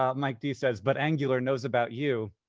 um mike d says, but angular knows about you.